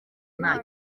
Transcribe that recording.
nta